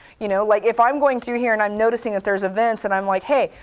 you know like if i'm going through here and i'm noticing that there's events, and i'm like hey,